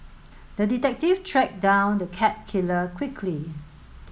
the detective tracked down the cat killer quickly